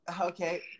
Okay